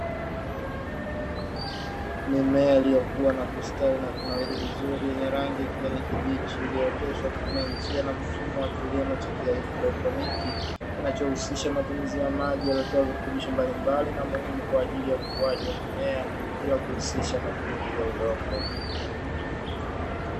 Mimea iliyokuwa na kustawi na kunawiri vizuri yenye rangi kijani kibichi iliyooteshwa kutokana na njia na mfumo wa kihaidroponi, kinachohusisha matumizi ya maji yaliyotoa virutubisho mbalimbali na muhimu kwa ajili ya ukuaji wa mimea bila kuhusisha matumizi ya udongo.